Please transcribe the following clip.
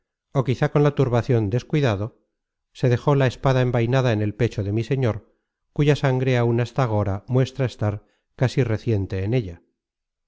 ó quizá con la turbacion descuidado se dejó la espada envainada en el pecho de mi señor cuya sangre áun hasta agora muestra estar casi reciente en ella